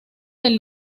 del